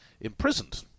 imprisoned